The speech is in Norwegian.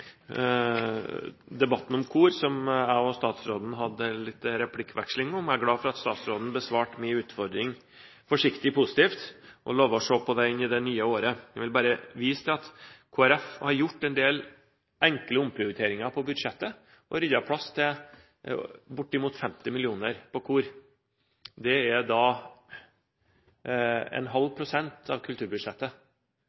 debatten om kor, som jeg og statsråden hadde litt replikkveksling om. Jeg er glad for at statsråden besvarte min utfordring forsiktig positivt og lovet å se på den i det nye året. Jeg vil bare vise til at Kristelig Folkeparti har gjort en del enkle omprioriteringer på budsjettet og ryddet plass til bortimot 50 mill. kr til kor. Det er en halv